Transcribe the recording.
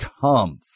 come